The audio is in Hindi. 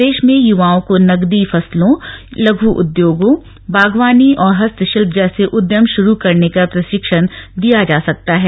प्रदेश में युवाओं को नगदी फसलों लघु उद्योगों बागवानी और हस्तशिल्प जैसे उद्यम शुरु करने का प्रशिक्षण दिया जा सकता है